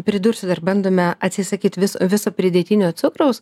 pridursiu dar bandome atsisakyt vis viso pridėtinio cukraus